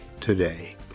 today